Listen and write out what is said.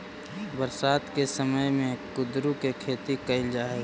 बरसात के समय में कुंदरू के खेती कैल जा हइ